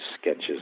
sketches